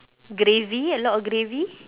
gravy a lot of gravy